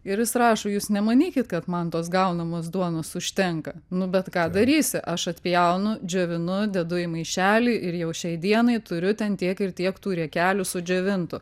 ir jis rašo jūs nemanykit kad man tos gaunamos duonos užtenka nu bet ką darysi aš atpjaunu džiovinu dedu į maišelį ir jau šiai dienai turiu ten tiek ir tiek tų riekelių sudžiovintų